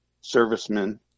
servicemen